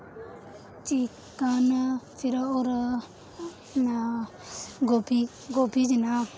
chicken फिर होर गोभी गोभी जि'यां